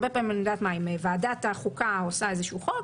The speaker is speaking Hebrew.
הרבה פעמים אם למשל ועדת החוקה מחוקקת איזשהו חוק,